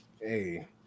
Hey